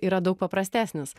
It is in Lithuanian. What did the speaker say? yra daug paprastesnis